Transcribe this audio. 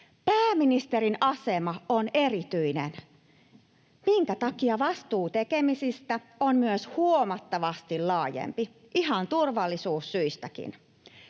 Pääministerin asema on erityinen, minkä takia vastuu tekemisistä on myös huomattavasti laajempi ihan turvallisuussyistäkin.